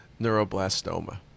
neuroblastoma